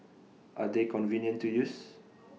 are they convenient to use